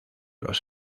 los